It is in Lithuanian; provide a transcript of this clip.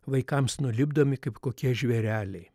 vaikams nulipdomi kaip kokie žvėreliai